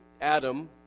Adam